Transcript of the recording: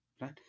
Right